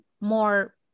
more